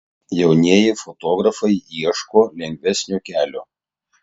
jaunieji fotografai ieško lengvesnio kelio